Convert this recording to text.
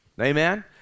amen